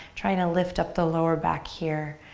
try to lift up the lower back here.